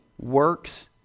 Works